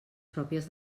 pròpies